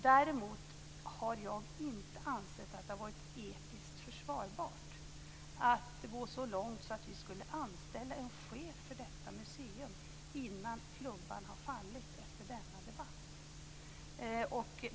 Däremot har jag inte ansett att det har varit etiskt försvarbart att gå så långt att vi skulle anställa en chef för detta museum innan klubban har fallit efter denna debatt.